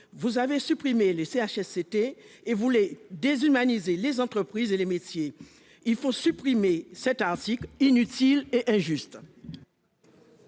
vous avez supprimé les CHSCT et vous voulez déshumaniser encore davantage les entreprises et les métiers ! Il faut supprimer cet article inutile et injuste